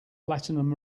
platinum